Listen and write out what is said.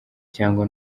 cyangwa